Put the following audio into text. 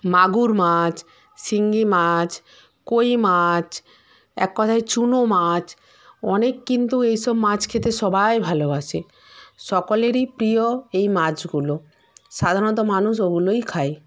মাগুর মাছ শিঙ্গি মাছ কই মাছ এক কথায় চুনো মাছ অনেক কিন্তু এইসব মাছ খেতে সবাই ভালোবাসে সকলেরই প্রিয় এই মাছগুলো সাধারণত মানুষ ওগুলোই খায়